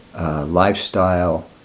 lifestyle